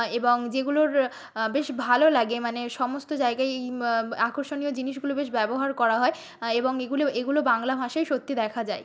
এবং যেগুলোর বেশ ভালো লাগে মানে সমস্ত জায়গাই ই আকর্ষণীয় জিনিসগুলো বেশ ব্যবহার করা হয় এবং এইগুলি এইগুলো বাংলা ভাষায় সত্যি দেখা যায়